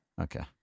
Okay